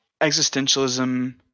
existentialism